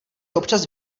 občas